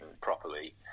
properly